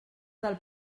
del